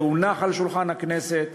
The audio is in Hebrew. זה הונח על שולחן הכנסת,